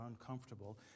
uncomfortable